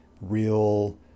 real